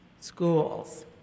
Schools